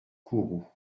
kourou